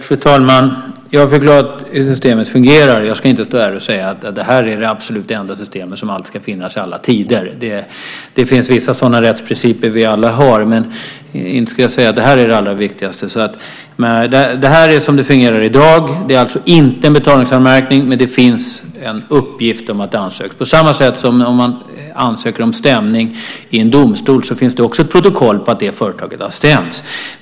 Fru talman! Jag har försökt förklara hur systemet fungerar. Jag ska inte säga att det här är det absolut enda system som alltid ska finnas i alla tider. Det finns vissa rättsprinciper som vi alla har, men jag ska inte säga att det här är det allra viktigaste. Men det är så här som det fungerar i dag. Det är alltså inte en betalningsanmärkning, men det finns en uppgift om att en sådan har ansökts, på samma sätt som man ansöker om en stämning i en domstol. Där finns det också ett protokoll på att ett företag har stämts.